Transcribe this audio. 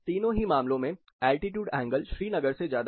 तीनों ही मामलों में एल्टीट्यूड एंगल श्रीनगर से ज्यादा है